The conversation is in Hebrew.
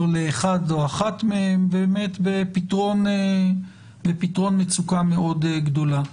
לאחד או אחת מהם בפתרון מצוקה מאוד גדולה.